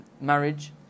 marriage